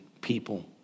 people